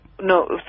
no